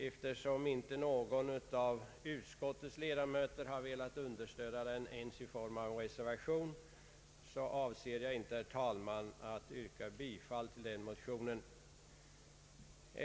Eftersom inte någon av utskottets ledamöter har velat understödja motionen ens i form av en reservation, avser jag inte, herr talman, att yrka bifall till denna motion.